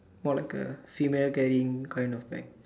more like a female carrying kind of bag